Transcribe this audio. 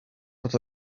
but